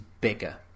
bigger